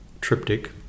triptych